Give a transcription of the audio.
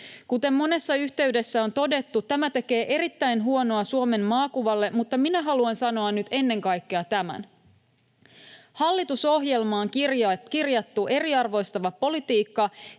Kuten monessa yhteydessä on todettu, tämä tekee erittäin huonoa Suomen maakuvalle, mutta minä haluan sanoa nyt ennen kaikkea tämän: Hallitusohjelmaan kirjattu eriarvoistava politiikka